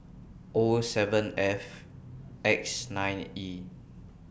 O seven F X nine E